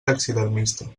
taxidermista